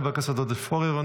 חבר הכנסת בועז טופורובסקי,